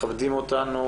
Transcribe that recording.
מכבדים אותנו